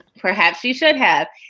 perhaps she should have.